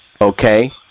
Okay